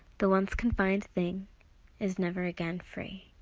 the once-confined thing is never again free.